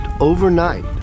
overnight